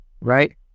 right